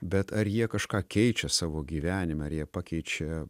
bet ar jie kažką keičia savo gyvenime ar jie pakeičia